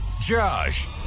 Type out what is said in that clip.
Josh